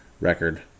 record